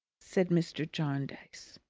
said mr. jarndyce.